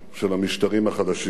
של המשטרים החדשים,